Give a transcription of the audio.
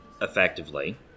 effectively